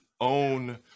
own